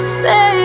say